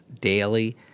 daily